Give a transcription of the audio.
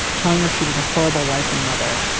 telling her she was a horrible wife and mother.